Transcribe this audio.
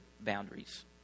boundaries